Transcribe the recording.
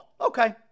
Okay